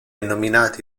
nominato